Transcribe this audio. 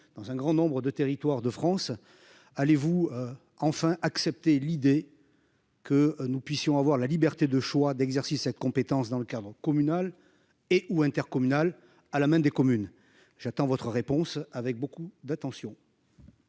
dans un grand nombre de territoires de France, allez-vous enfin accepter l'idée. Que nous puissions avoir la liberté de choix d'exercice cette compétence dans le cadre communal et ou intercommunal à la main des communes. J'attends votre réponse avec beaucoup d'attention.